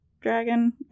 dragon